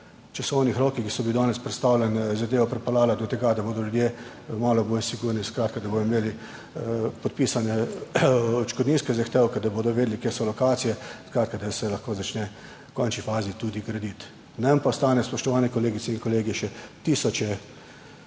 časovnih rokih, ki so bili danes predstavljeni, zadevo pripeljala do tega, da bodo ljudje malo bolj sigurni, skratka, da bodo imeli podpisane odškodninske zahtevke, da bodo vedeli kje so lokacije, skratka, da se lahko začne v končni fazi tudi graditi. Nam pa ostane, spoštovane kolegice in kolegi, še tisoče